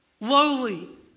lowly